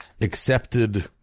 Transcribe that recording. accepted